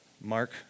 Mark